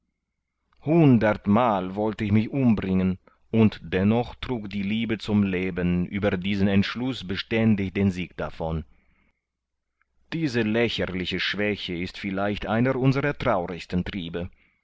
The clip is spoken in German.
hundertmal wollte ich mich umbringen und dennoch trug die liebe zum leben über diesen entschluß beständig den sieg davon diese lächerliche schwäche ist vielleicht einer unsrer traurigsten triebe